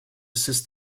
assist